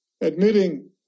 Admitting